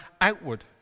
outward